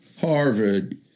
Harvard